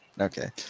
okay